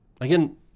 Again